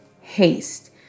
haste